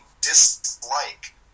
dislike